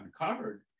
uncovered